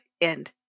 end